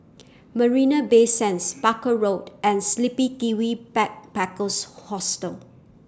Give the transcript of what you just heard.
Marina Bay Sands Barker Road and The Sleepy Kiwi Backpackers Hostel